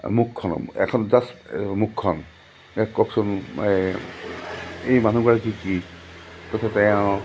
মুখখন এখন জাষ্ট মুখখন কওকচোন এই মানুহগৰাকী কি কৈছে তেওঁ